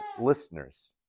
listeners